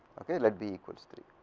let b equals three,